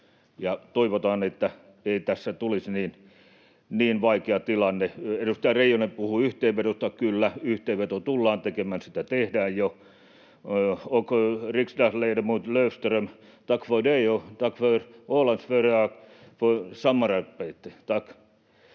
toivotaan, että tässä ei tulisi niin vaikeaa tilannetta. Edustaja Reijonen puhui yhteenvedosta — kyllä, yhteenveto tullaan tekemään, sitä tehdään jo.